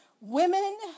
Women